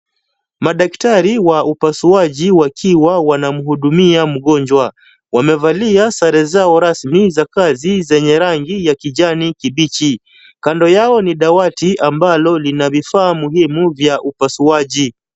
Madaktari wa upasuaji wakiwa wanamhudumia mgonjwa. Wamevalia sare zao rasmi za kazi za rangi ya kijani kibichi. Kando yao ni dawati ambalo lina vifaa muhimu vya upasuaji.